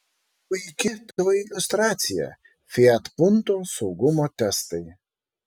puiki to iliustracija fiat punto saugumo testai